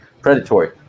predatory